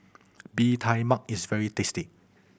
Bee Tai Mak is very tasty